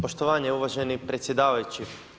Poštovanje uvaženi predsjedavajući.